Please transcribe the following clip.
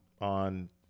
on